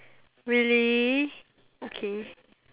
really okay